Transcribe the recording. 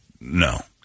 No